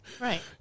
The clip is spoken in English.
right